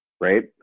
right